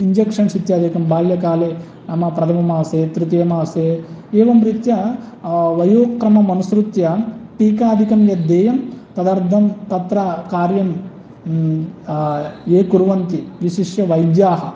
injections इत्यादिकं बाल्यकाले नाम प्रथममासे तृतीयमासे एवं रीत्या वयोक्रमम् अनुसृत्य टीकादिकं यत् देयं तदर्दं तत्र कार्यं ये कुर्वन्ति विशिष्यवैद्याः